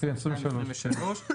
22 ו-23.